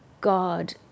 God